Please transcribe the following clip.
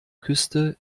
küste